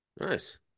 Nice